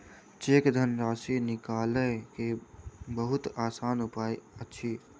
cheque धनराशि निकालय के बहुत आसान उपाय अछि